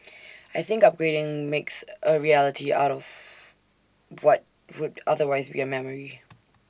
I think upgrading makes A reality out of what would otherwise be A memory